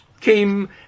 came